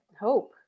hope